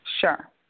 sure